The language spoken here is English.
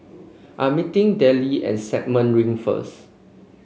I'm meeting Dellie at Stagmont Ring first